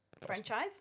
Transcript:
franchise